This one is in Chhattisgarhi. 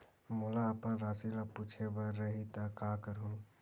मोला अपन राशि ल पूछे बर रही त का करहूं?